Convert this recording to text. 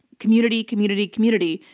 community, community, community.